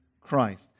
Christ